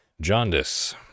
Jaundice